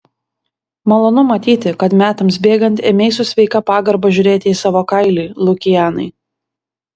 malonu matyti kad metams bėgant ėmei su sveika pagarba žiūrėti į savo kailį lukianai